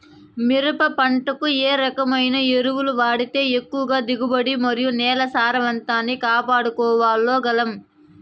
మిరప పంట కు ఏ రకమైన ఎరువులు వాడితే ఎక్కువగా దిగుబడి మరియు నేల సారవంతాన్ని కాపాడుకోవాల్ల గలం?